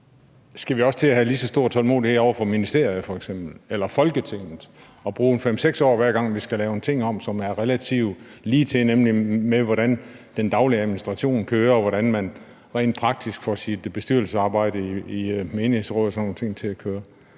skal til at have lige så stor tålmodighed over for f.eks. ministerier eller Folketinget, altså at bruge en 5-6 år, hver gang man skal lave en ting om, som er relativt ligetil, nemlig i forhold til hvordan den daglige administration kører, og hvordan man rent praktisk får sit bestyrelsesarbejde i menighedsråd og sådan